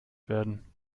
werden